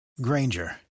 granger